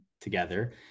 together